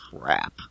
crap